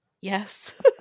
Yes